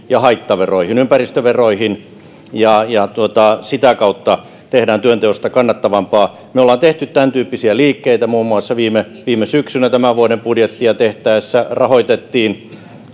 ja haittaveroihin ympäristöveroihin ja ja sitä kautta tehdään työnteosta kannattavampaa me olemme tehneet tämäntyyppisiä liikkeitä muun muassa viime viime syksynä tämän vuoden budjettia tehtäessä rahoitettiin